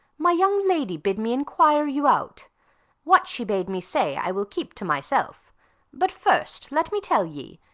my young lady bid me enquire you out what she bade me say i will keep to myself but first let me tell ye,